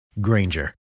Granger